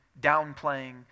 downplaying